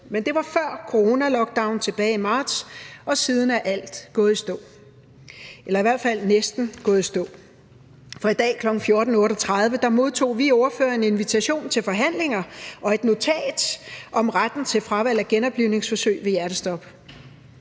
men det var før coronalockdown tilbage i marts, og siden er alt gået i stå – eller i hvert fald næsten gået i stå, for i dag kl. 14.38 modtog vi ordførere en invitation til forhandlinger og et notat om retten til fravalg af genoplivningsforsøg ved hjertestop.